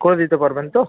করে দিতে পারবেন তো